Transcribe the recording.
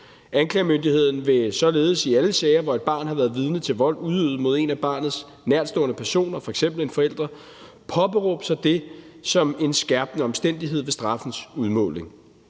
Anklagemyndigheden vil således i alle sager, hvor et barn har været vidne til vold udøvet mod en af barnets nærtstående personer, f.eks. en forælder, påberåbe sig det som en skærpende omstændighed ved straffens udmåling.